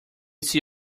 see